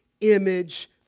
image